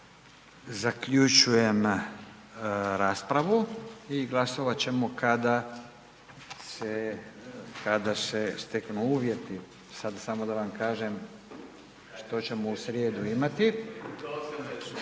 vama. Zaključujem raspravu i glasovat ćemo kada se, kada se steknu uvjeti. Sad samo da vam kažem što ćemo u srijedu imati,